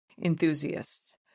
enthusiasts